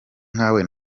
nkawe